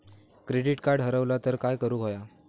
Credit card हरवला तर काय करुक होया?